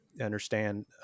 understand